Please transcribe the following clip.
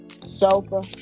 Sofa